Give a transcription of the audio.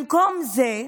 במקום זה,